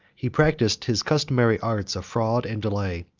he practiced his customary arts of fraud and delay,